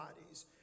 bodies